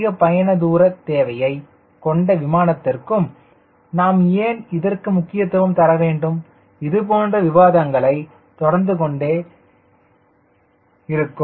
அதிக பயண தூர தேவையை கொண்ட விமானத்திற்கும் நாம் ஏன் இதற்கு முக்கியத்துவம் தரவேண்டும் இதுபோன்ற விவாதங்கள் தொடர்ந்து கொண்டே இருக்கும்